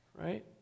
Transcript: Right